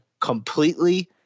completely